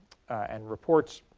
and reports.